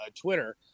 Twitter